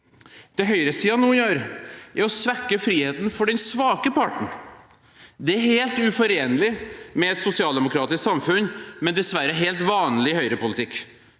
Det høyresiden nå gjør, er å svekke friheten for den svake parten. Det er helt uforenlig med et sosialdemokratisk samfunn, men dessverre helt vanlig høyrepolitikk.